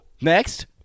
Next